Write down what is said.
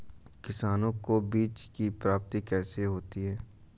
किसानों को बीज की प्राप्ति कैसे होती है?